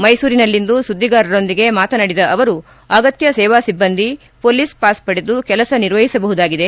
ಮೈಸೂರಿನಲ್ಲಿಂದು ಸುದ್ದಿಗಾರರೊಂದಿಗೆ ಮಾತನಾಡಿದ ಅವರು ಅಗತ್ತ ಸೇವಾ ಸಿಬ್ಬಂದಿ ಹೊಲೀಸ್ ಪಾಸ್ ಪಡೆದು ಕೆಲಸ ನಿರ್ವಹಿಸಬಹುದಾಗಿದೆ